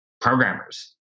programmers